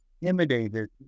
intimidated